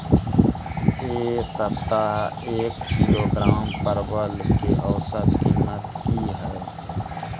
ऐ सप्ताह एक किलोग्राम परवल के औसत कीमत कि हय?